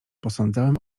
posądzałem